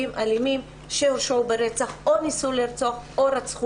אלימים שהורשעו ברצח או בניסיון לרצח.